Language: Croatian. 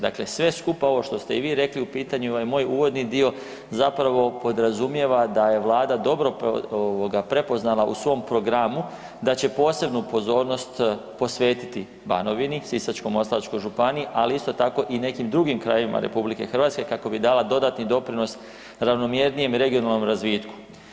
Dakle, sve skupa ovo što ste i vi rekli u pitanju ovaj moj uvodni dio zapravo podrazumijeva da je Vlada dobro prepoznala u svom programu da će posebnu pozornost posvetiti Banovini, Sisačko-moslavačkoj županiji, ali isto tako i nekim drugim krajevima RH kako bi dala dodatni doprinos ravnomjernijem regionalnom razvitku.